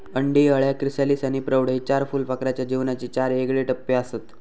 अंडी, अळ्या, क्रिसालिस आणि प्रौढ हे चार फुलपाखराच्या जीवनाचे चार येगळे टप्पेआसत